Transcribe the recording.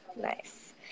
Nice